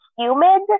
Humid